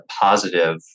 positive